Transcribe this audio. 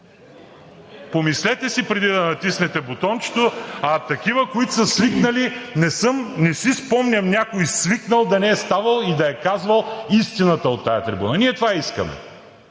Помислете си преди да натиснете бутончето. А такива, които са свикнали, не си спомням някой свикнал да не е ставал и да е казвал истината от тази трибуна. Ние това искаме.